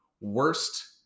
worst